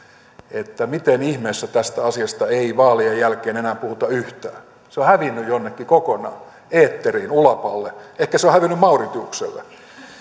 että miten ihmeessä tästä asiasta ei vaalien jälkeen enää puhuta yhtään se on hävinnyt jonnekin kokonaan eetteriin ulapalle ehkä se on hävinnyt mauritiukselle